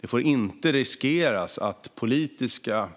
Det får inte finnas någon risk att politiska